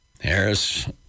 Harris